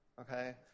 okay